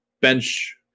bench